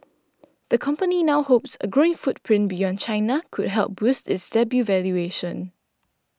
the company now hopes a growing footprint beyond China could help boost its debut valuation